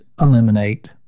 eliminate